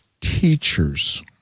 teachers